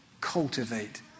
cultivate